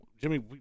Jimmy